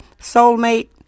soulmate